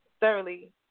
thoroughly